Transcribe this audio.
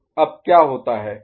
अब क्या होता है